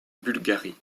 bulgarie